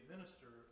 minister